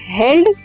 held